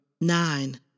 Nine